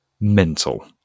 mental